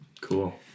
Cool